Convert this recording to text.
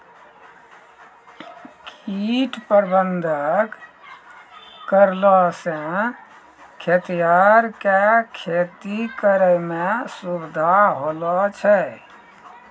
कीट प्रबंधक करलो से खेतीहर के खेती करै मे सुविधा होलो छै